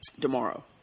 tomorrow